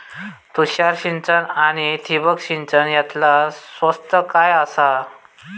तुषार सिंचन आनी ठिबक सिंचन यातला स्वस्त काय आसा?